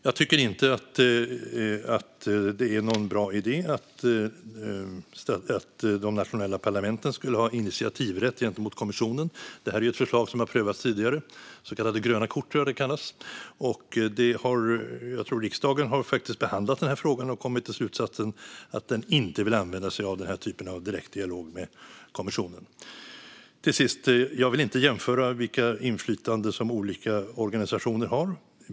Jag tycker inte att det är någon bra idé att de nationella parlamenten skulle ha initiativrätt gentemot kommissionen. Det är ett förslag som har prövats tidigare. Det kallades gröna kort. Jag tror att riksdagen har behandlat frågan och har kommit till slutsatsen att den inte vill använda sig av den här typen av direkt dialog med kommissionen. Till sist: Jag vill inte jämföra vilket inflytande som olika organisationer har.